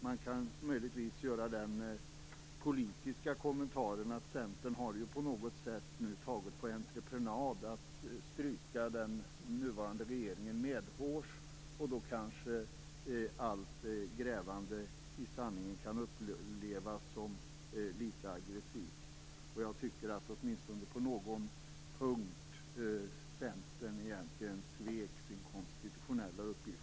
Man kan möjligtvis göra den politiska kommentaren att Centern på något sätt nu har tagit på entreprenad att stryka den nuvarande regeringen medhårs. Då kanske allt grävande i sanningen kan upplevas som litet aggressivt. Jag tycker att Centern åtminstone på någon punkt svek sin konstitutionella uppgift.